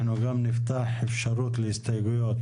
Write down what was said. אנחנו גם נפתח אפשרות להסתייגויות